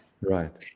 Right